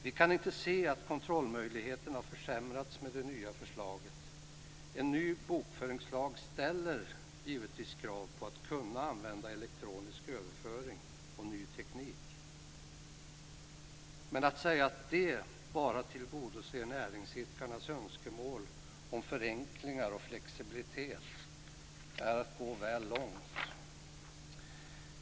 Vi kan inte se att kontrollmöjligheterna har försämrats med det nya förslaget. En ny bokföringslag ställer givetvis krav på att man ska kunna använda elektronisk överföring och ny teknik, men att säga att det bara tillgodoser näringsidkarnas önskemål om förenklingar och flexibilitet är att gå väl långt.